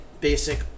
basic